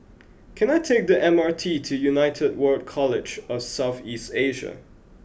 can I take the M R T to United World College of South East Asia